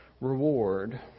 reward